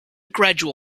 gradual